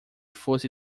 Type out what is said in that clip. fosse